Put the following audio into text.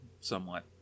somewhat